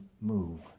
move